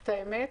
את האמת?